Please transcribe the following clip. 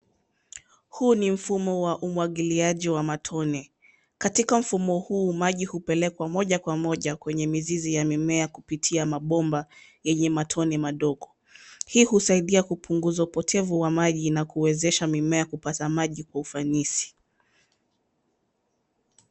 Huu ni mfumo wa umwagiliaji wa matone ,katika mfumo huu maji hupelekwa moja kwa moja kwenye mizizi ya mimea kupitia mabomba yenye matone madogo, hii husaidia kupunguza upotevu wa maji na kuwezesha mimea kupata maji kwa ufanisi.